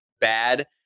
bad